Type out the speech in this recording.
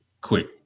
quick